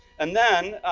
and then.